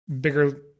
bigger